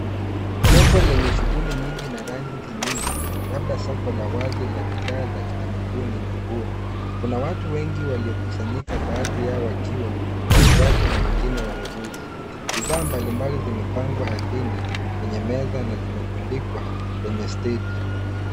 Soko lenye shughuli nyingi na rangi nyingi, labda soko la wazi la bidhaa za kitamaduni na nguo. Kuna watu wengi waliokusanyika, baadhi yao wakiwa wauzaji na wengine wanunuzi. Bidhaa mbali mbali zimepangwa ardhini kwenye meza na zimetundikwa kwenye stendi.